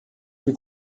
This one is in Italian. più